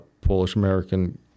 Polish-American